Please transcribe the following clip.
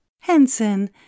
Henson